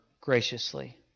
graciously